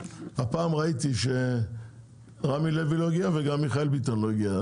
הפעם ראיתי שרמי לוי לא הגיע וגם מיכאל ביטון לא הגיע.